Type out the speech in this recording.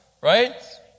right